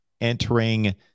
entering